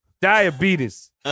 Diabetes